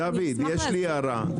דוד, יש לי הערה.